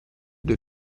due